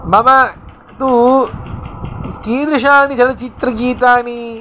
मम तु कीदृशानि चलचित्रगीतानि